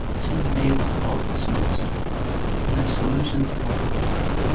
seem to be able to halt this monster and their solutions are pathetic.